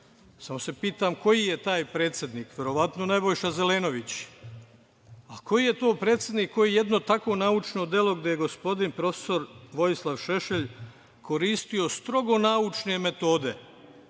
se pitam koji je taj predsednik? Verovatno Nebojša Zelenović. Koji je to predsednik koji jedno takvo naučno delo, gde je gospodin profesor Vojislav Šešelj koristio strogo naučne metode